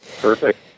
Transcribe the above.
Perfect